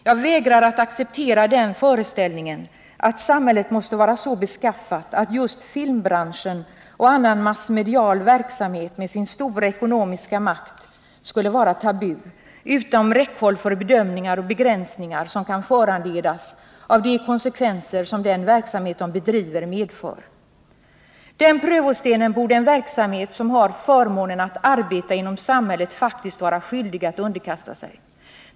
Jag vägrar att acceptera den föreställningen att samhället måste vara så beskaffat att just filmbranschen och andra massmediala branscher med deras stora ekonomiska makt skulle vara tabu, utom räckhåll för bedömningar och begränsningar som kan föranledas av de konsekvenser som den verksamhet de bedriver medför. Den prövningen borde en bransch som har förmånen att arbeta inom samhället faktiskt vara skyldig att underkasta sig.